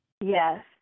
Yes